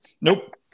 Nope